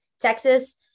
Texas